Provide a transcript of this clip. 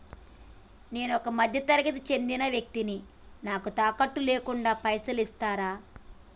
నేను ఒక మధ్య తరగతి కి చెందిన వ్యక్తిని నాకు తాకట్టు లేకుండా పైసలు ఇస్తరా?